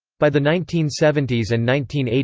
by the nineteen seventy s and nineteen eighty